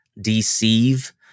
deceive